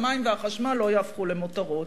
והמים והחשמל לא יהפכו למותרות?